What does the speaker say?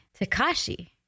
Takashi